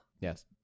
Yes